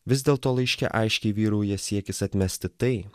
vis dėlto laiške aiškiai vyrauja siekis atmesti tai